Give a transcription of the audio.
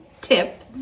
tip